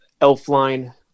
Elfline